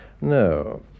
No